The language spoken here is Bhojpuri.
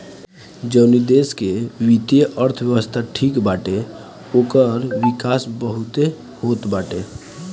जवनी देस के वित्तीय अर्थव्यवस्था ठीक बाटे ओकर विकास बहुते होत बाटे